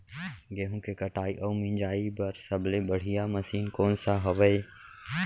गेहूँ के कटाई अऊ मिंजाई बर सबले बढ़िया मशीन कोन सा हवये?